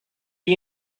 you